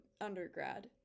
undergrad